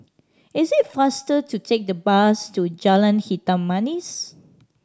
is it faster to take the bus to Jalan Hitam Manis